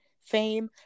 fame